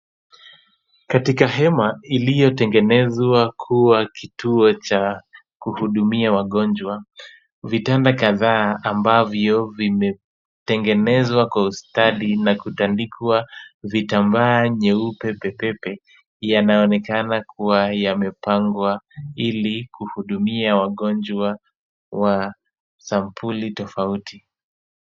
Katika hema iliyotengenezwa kuwa kituo cha kuhudumia wagonjwa, vitanda kadhaa ambavyo vimetengenezwa kwa ustadi na kutandikwa vitambaa nyeupe pepepe yanaonekana kuwa yamepangwa ili kuhudumia wagonjwa wa sampuli tofauti.